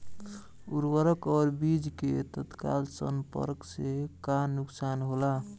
उर्वरक और बीज के तत्काल संपर्क से का नुकसान होला?